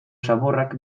zaborrak